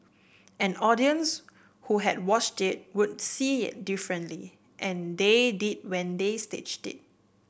an audience who had watched it would see it differently and they did when they staged it